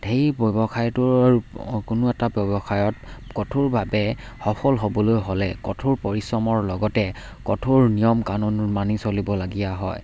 সেই ব্যৱসায়টোৰ কোনো এটা ব্যৱসায়ত কঠোৰ বাবে সফল হ'বলৈ হ'লে কঠোৰ পৰিশ্ৰমৰ লগতে কঠোৰ নিয়ম কানুন মানি চলিবলগীয়া হয়